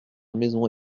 maison